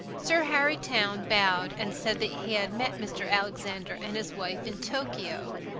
sir harry towne bowed and said that he had met mr. alexander and his wife in tokyo.